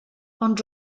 ond